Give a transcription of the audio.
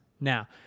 Now